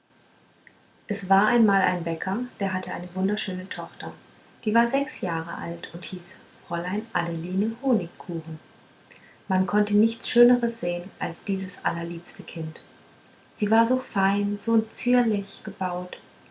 es war einmal ein bäcker der hatte eine wunderschöne tochter die war sechs jahre alt und hieß fräulein adeline honigkuchen man konnte nichts schöneres sehen als dieses allerliebste kind sie war so fein und zierlich gebaut